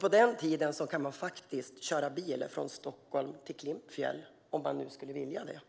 På den tiden kan man faktiskt köra bil från Stockholm till Klimpfjäll, om man skulle vilja det.